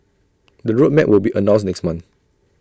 the road map will be announced next month